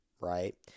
right